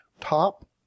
top